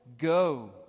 go